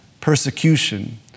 persecution